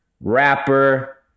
rapper